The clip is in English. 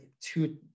two